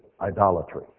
idolatry